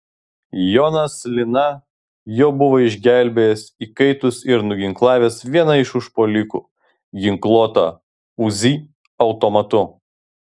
jonas lina jau buvo išgelbėjęs įkaitus ir nuginklavęs vieną iš užpuolikų ginkluotą uzi automatu